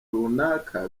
runaka